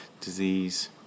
disease